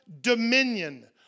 dominion